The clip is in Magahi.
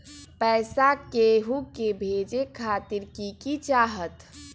पैसा के हु के भेजे खातीर की की चाहत?